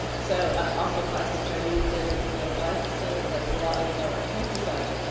so a, also plastics are used in, you know, glyphosate, like a lot of ah pesticides are,